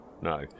no